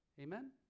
Amen